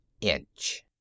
inch